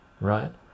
right